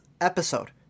episode